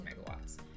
megawatts